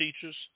teachers